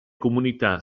comunità